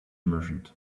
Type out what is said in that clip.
merchant